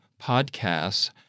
podcasts